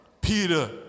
Peter